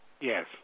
Yes